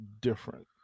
different